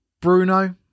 Bruno